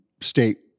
state